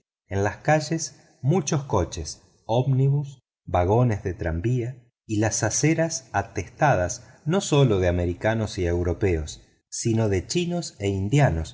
en las calles muchos coches ómnibus tranvías y las aceras atestadas no sólo de americanos y europeos sino de chinos e indianos